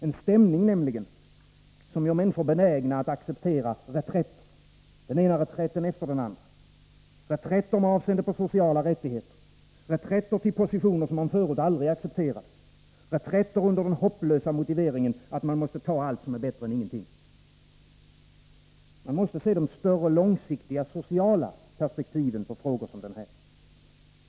En stämning, nämligen, som gör människor benägna att acceptera reträtter, den ena reträtten efter den andra — reträtter med avseende på sociala rättigheter, reträtter till positioner som man aldrig förut accepterade, reträtter under den hopplösa motiveringen att man måste ta allt som är bättre än ingenting. Men man måste se de större långsiktiga sociala perspektiven på frågor som den här.